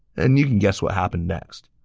and you can guess what happened next.